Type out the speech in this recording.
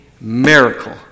miracle